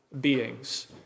beings